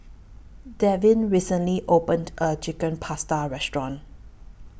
Devyn recently opened A Chicken Pasta Restaurant